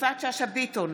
יפעת שאשא ביטון,